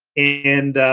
and,